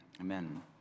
Amen